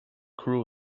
crew